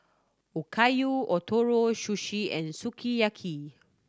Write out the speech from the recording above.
Okayu Ootoro Sushi and Sukiyaki